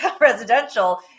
residential